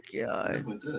god